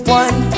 one